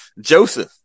Joseph